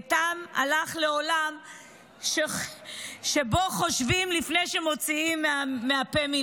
איתם הלך לעולם שבו חושבים לפני שמוציאים מילה מהפה.